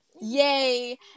Yay